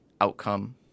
outcome